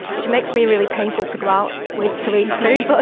which makes me really painful to go out with to eat food, but.